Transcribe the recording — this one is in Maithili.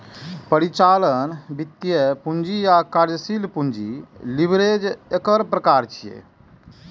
परिचालन, वित्तीय, पूंजी आ कार्यशील पूंजी लीवरेज एकर प्रकार छियै